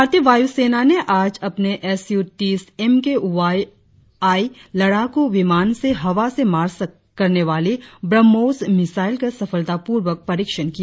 भारतीय वायुसेना ने आज अपने एस यू तीस एम के आई लड़ाकू विमान से हवा से मार करने वाली ब्रम्होस मिसाइल का सफलतापूर्वक परीक्षण किया